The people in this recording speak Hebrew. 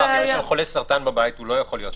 אם יש חולה סרטן בבית, הוא לא יכול להיות שם.